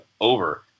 over